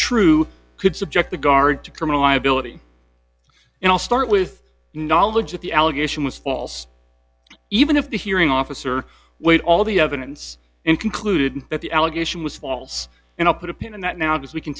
true could subject the guard to criminal liability and all start with knowledge of the allegation was false even if the hearing officer with all the evidence and concluded that the allegation was false and i put a pin in that now because we can